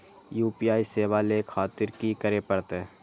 UPI सेवा ले खातिर की करे परते?